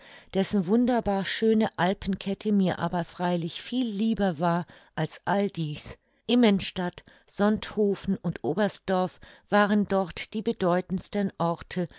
dessen wunderbar schöne alpenkette mir aber freilich viel lieber war als all dies immenstadt sonthofen und oberstdorf waren dort die bedeutendsten orte